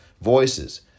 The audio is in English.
voices